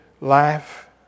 life